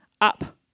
up